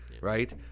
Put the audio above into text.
right